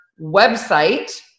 website